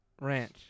Ranch